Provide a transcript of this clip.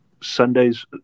Sunday's